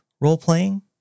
role-playing